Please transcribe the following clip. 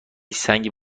سنگ